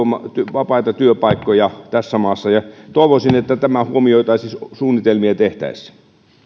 vapaita työpaikkoja tässä maassa ja toivoisin että tämä huomioitaisiin suunnitelmia tehtäessä